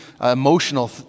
emotional